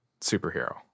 superhero